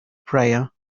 prayer